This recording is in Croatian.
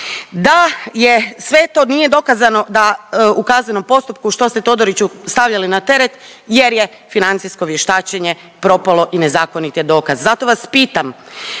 je sve to nije dokazano da u kaznenom postupku što ste Todoriću stavljali na teret jer je financijsko vještačenje propalo i nezakonit je dokaz. Zato vas pitam